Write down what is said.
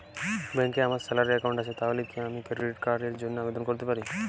ব্যাংকে আমার salary account আছে তাহলে কি আমি ক্রেডিট কার্ড র জন্য আবেদন করতে পারি?